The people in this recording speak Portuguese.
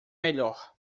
melhor